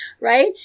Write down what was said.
Right